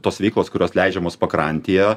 tos veiklos kurios leidžiamos pakrantėje